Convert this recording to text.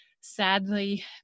Sadly